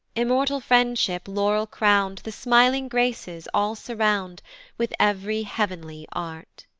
immortal friendship laurel-crown'd the smiling graces all surround with ev'ry heav'nly art.